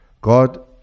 God